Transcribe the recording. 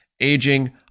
aging